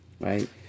right